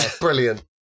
Brilliant